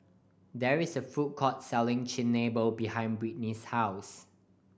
there is a food court selling Chigenabe behind Britny's house